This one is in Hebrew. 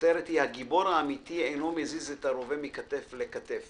הכותרת היא: "הגיבור האמתי אינו מזיז את הרובה מכתף לכתף